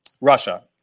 Russia